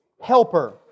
helper